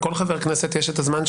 לכל חבר הכנסת יש את הזמן שלו,